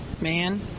Man